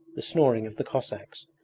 the snoring of the cossacks,